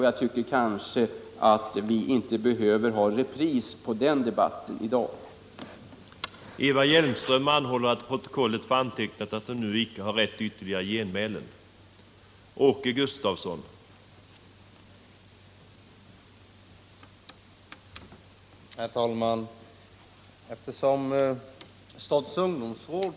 Jag tycker kanske att vi inte behöver få en repris på den debatten i kammaren i dag.